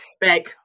Back